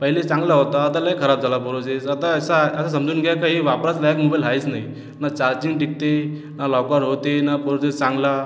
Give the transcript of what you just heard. पहिले चांगला होता आता लय खराब झाला प्रोसेस आता असा असं समजून घ्या काही वापराचा लायक मोबाईल आहेच नाही न चार्जिंग टिकते न वापर होते न प्रोसेस चांगला